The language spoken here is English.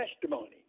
testimony